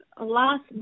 last